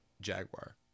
Jaguar